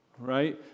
Right